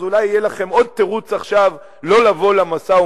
אז אולי יהיה לכם עוד תירוץ עכשיו לא לבוא למשא-ומתן.